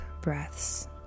breaths